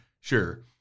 sure